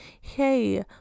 hey